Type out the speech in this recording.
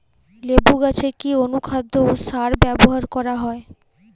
লেবু গাছে কি অনুখাদ্য ও সার ব্যবহার করা হয়?